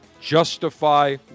Justify